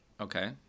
Okay